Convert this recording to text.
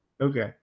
Okay